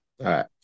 right